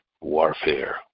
warfare